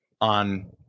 on